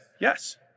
yes